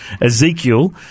Ezekiel